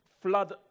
flood